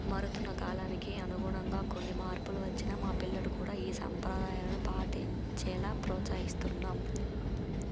మారుతున్న కాలానికి అనుగుణంగా కొన్ని మార్పులు వచ్చినా మా పిల్లలు కూడా ఈ సాంప్రదాయాలను పాటించేలాగ ప్రోత్సహిస్తున్నాం